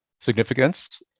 significance